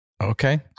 Okay